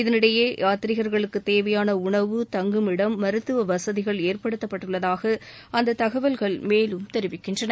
இதனிடையே யாத்ரீகர்களுக்கு தேவையாள உணவு தங்கும் இடம் மருத்தவ வசதிசகள் ஏற்படுத்தப்பட்டுள்ளதாக அந்த தகவல்கள் மேலும் தெரிவிக்கின்றன